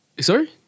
Sorry